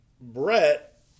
Brett